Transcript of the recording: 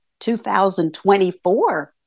2024